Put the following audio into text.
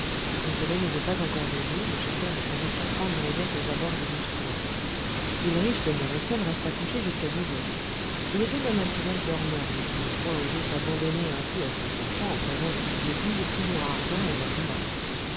le soleil n'étant pas encore levé le chasseur espérait surprendre les bêtes aux abords du wildstrubel ulrich demeuré seul resta couché jusqu'à dix heures il était d'un naturel dormeur mais il n'eût point osé s'abandonner ainsi à son penchant en présence du vieux guide toujours ardent et matinal